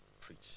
preach